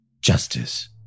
Justice